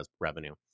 revenue